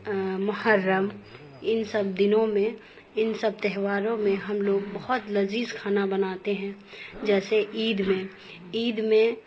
محرم ان سب دنوں میں ان سب تہواروں میں ہم لوگ بہت لذیذ کھانا بناتے ہیں جیسے عید میں عید میں